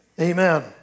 Amen